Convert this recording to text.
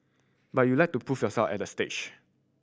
but you like to prove yourself at that stage